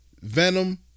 Venom